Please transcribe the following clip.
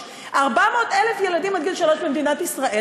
יש 400,000 ילדים עד גיל שלוש במדינת ישראל,